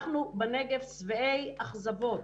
אנחנו בנגב שבעי אכזבות.